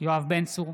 יואב בן צור,